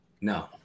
No